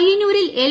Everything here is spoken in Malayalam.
പൃയ്യന്നൂരിൽ എൽ